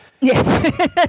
Yes